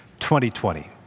2020